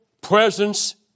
presence